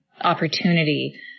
opportunity